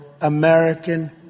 American